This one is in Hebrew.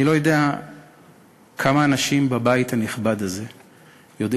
אני לא יודע כמה אנשים בבית הנכבד הזה יודעים